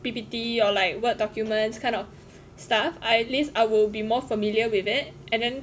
P_P_T or like what documents kind of stuff I at least I will be more familiar with it and then